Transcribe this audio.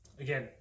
again